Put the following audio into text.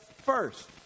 first